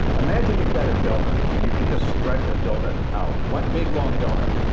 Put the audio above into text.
imagine you've got a doughnut and you could just stretch a doughnut out, one big long doughnut.